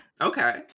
Okay